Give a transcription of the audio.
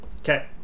Okay